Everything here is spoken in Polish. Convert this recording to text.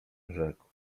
rzekł